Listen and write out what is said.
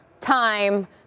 Time